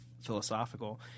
philosophical